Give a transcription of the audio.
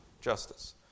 justice